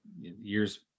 years